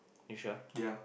you sure